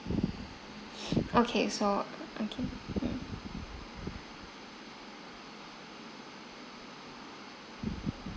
okay so okay mm